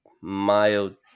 mild